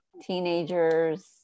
teenagers